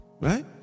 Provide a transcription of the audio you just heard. right